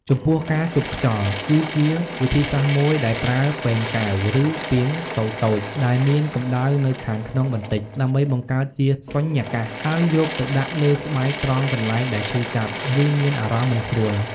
ចំពោះការជប់ខ្យល់ គឺជាវិធីសាស្ត្រមួយដែលប្រើពែងកែវ ឬពាងតូចៗដែលមានកម្ដៅនៅខាងក្នុងបន្តិច ដើម្បីបង្កើតជាសុញ្ញាកាស ហើយយកទៅដាក់លើស្បែកត្រង់កន្លែងដែលឈឺចាប់ ឬមានអារម្មណ៍មិនស្រួល។